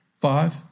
five